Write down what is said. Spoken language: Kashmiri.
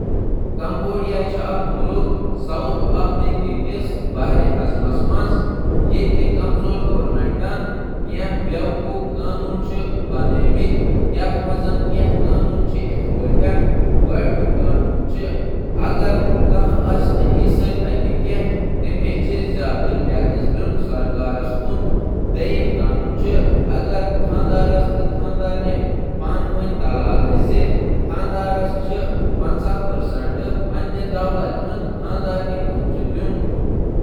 کمبوڈیا چُھ جنوبی افریقہ براعظمُک اکھ ملک، بہٕ چُھس اکھ یژھ دنیا بیان کران یتہٕ بیوقوف قوانین چِھ اکھ بمبلنگ حکومت نافذ کران۔ گۄڈٕ اگر کانٛہہ عیسائی چُھ نہٕ یمس واریاہ زیادٕ ٹیکس ادا کرُن چُھ، دویم اگر کُنہٕ جورٕ طلاق گژھہٕ تیلہٕ چُھ مردس پنن نیصف جائیداد اکس زنانس دیُن۔